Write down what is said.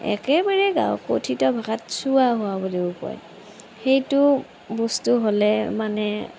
একেবাৰে গাঁও কথিত ভাষাত চুৱা হোৱা বুলিও কয় সেইটো বস্তু হ'লে মানে